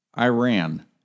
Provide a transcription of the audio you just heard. Iran